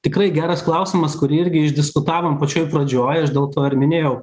tikrai geras klausimas kurį irgi išdiskutavom pačioj pradžioj aš dėl to ir minėjau